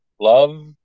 love